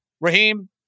Raheem